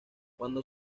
cuando